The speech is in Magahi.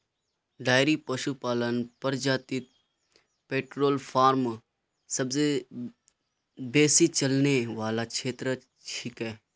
डेयरी पशुपालन प्रजातित पोल्ट्री फॉर्म सबसे बेसी चलने वाला क्षेत्र छिके